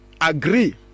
agree